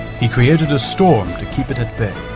he created a storm to keep it at bay,